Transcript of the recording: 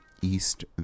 East